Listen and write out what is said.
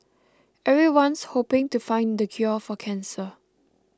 everyone's hoping to find the cure for cancer